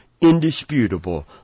indisputable